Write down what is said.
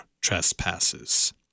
trespasses